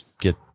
get